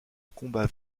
combat